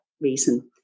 reason